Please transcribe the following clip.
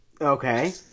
Okay